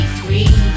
free